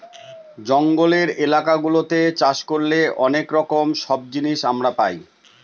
জঙ্গলের এলাকা গুলাতে চাষ করলে অনেক রকম সব জিনিস আমরা পাই